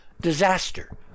disaster